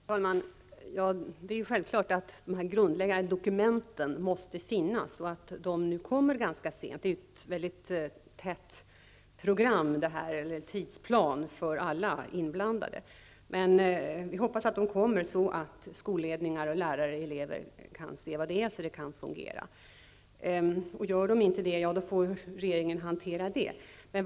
Herr talman! Det är självklart att dessa grundläggande dokument måste finnas. De kommer nu ganska sent -- tidsplanen för alla inblandade är ganska knapp. Vi hoppas emellertid att dessa dokument kommer så att skolledare, lärare och elever får se vad det är och hur det kan fungera. Om så inte blir fallet, får regeringen hantera den saken.